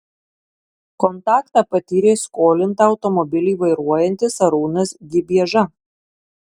kontaktą patyrė skolinta automobilį vairuojantis arūnas gibieža